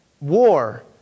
war